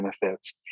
benefits